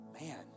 Man